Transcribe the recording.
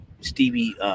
Stevie